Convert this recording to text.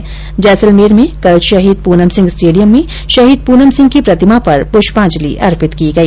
र्जेसलमेर में कल शहीद पूनम सिंह स्टेडियम में शहीद पूनम सिंह की प्रतिमा पर पुष्पांजली अर्पित की गई